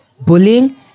bullying